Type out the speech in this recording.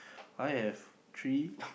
I have three